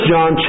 John